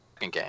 game